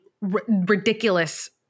ridiculous